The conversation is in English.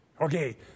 Okay